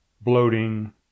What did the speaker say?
bloating